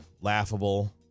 laughable